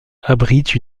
abrite